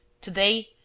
Today